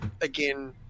again